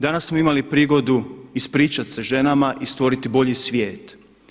Danas smo imali prigodu ispričat se ženama i stvoriti bolji svijet.